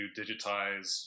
digitize